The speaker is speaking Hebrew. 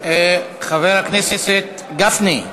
חבר הכנסת גפני.